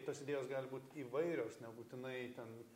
tos idėjos gali būt įvairios nebūtinai ten